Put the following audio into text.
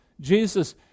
Jesus